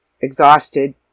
exhausted